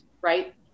right